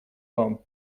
вам